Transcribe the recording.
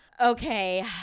Okay